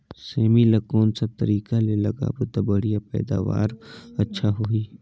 सेमी ला कोन सा तरीका ले लगाबो ता बढ़िया पैदावार अच्छा होही?